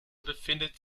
befindet